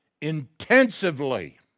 intensively